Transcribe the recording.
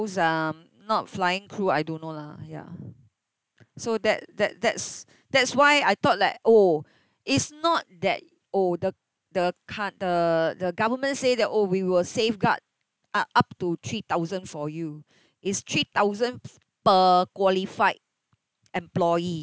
um not flying crew I don't know lah ya so that that that's that's why I thought like oh it's not that oh the the ca~ the the government say that oh we will safeguard uh up to three thousand for you is three thousand per qualified employee